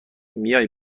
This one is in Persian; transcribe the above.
میای